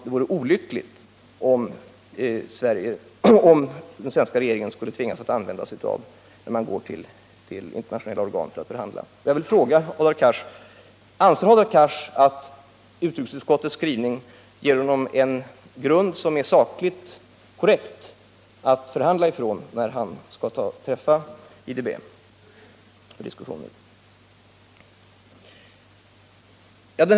Det vore olyckligt om den svenska regeringen tvingades hänvisa till den när man går till internationella organ för att förhandla. Anser Hadar Cars att utrikesutskottets skrivning ger honom en sakligt korrekt grund att förhandla från när han skall träffa IDB för diskussioner?